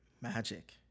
Magic